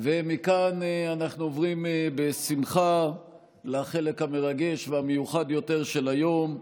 מכאן אנחנו עוברים בשמחה לחלק המרגש והמיוחד יותר של היום.